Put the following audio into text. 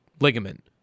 ligament